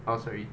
how's really